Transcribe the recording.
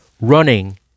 running